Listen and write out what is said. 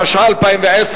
התשע"א 2010,